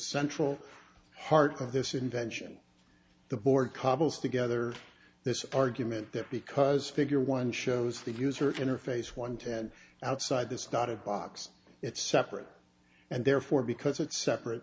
central heart of this invention the board cobbles together this argument that because figure one shows the user interface one ten outside the start of box it's separate and therefore because it's separate